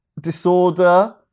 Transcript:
disorder